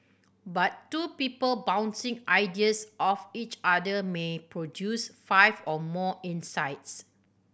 but two people bouncing ideas off each other may produce five or more insights